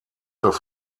das